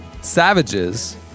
Savages